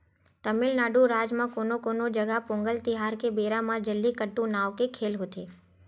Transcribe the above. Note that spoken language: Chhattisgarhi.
तमिलनाडू राज म कोनो कोनो जघा पोंगल तिहार के बेरा म जल्लीकट्टू नांव के खेल होथे